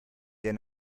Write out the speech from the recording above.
der